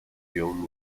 young